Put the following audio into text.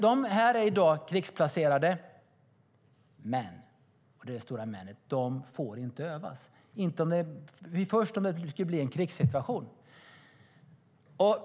De är i dag krigsplacerade, men, och detta är ett stort men, de får inte öva, först om det skulle bli en krigssituation.